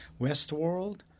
Westworld